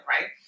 right